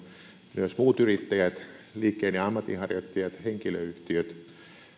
myös muut yrittäjät liikkeen ja ammatinharjoittajat henkilöyhtiöt